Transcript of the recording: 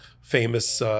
famous